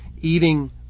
eating